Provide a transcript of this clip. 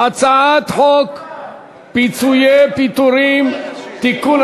חוק פיצויי פיטורים (תיקון,